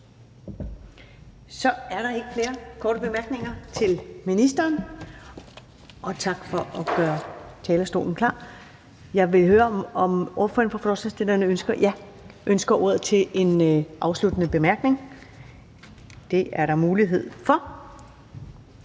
Så er der ikke flere korte bemærkninger til ministeren. Tak for at gøre talerstolen klar. Jeg vil høre, om ordføreren for forespørgerne ønsker ordet til en afsluttende bemærkning, for det er der mulighed for.